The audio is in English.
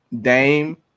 Dame